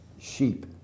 sheep